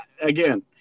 again